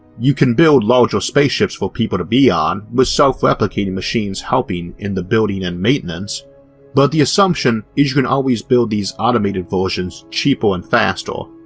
you can build larger spaceships for people to be on with self-replicating machines helping in the building and maintenance but the assumption is you can always build these automated versions cheaper and faster,